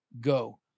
go